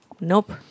nope